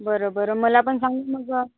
बरं बरं मला पण सांग ना मग